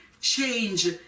change